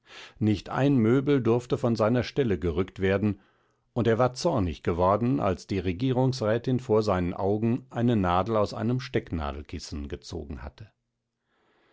nicht ein möbel durfte von seiner stelle gerückt werden und er war zornig geworden als die regierungsrätin vor seinen augen eine nadel aus einem stecknadelkissen gezogen hatte